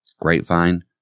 Grapevine